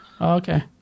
Okay